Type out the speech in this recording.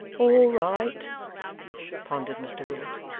all right pondered mr willet,